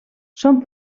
són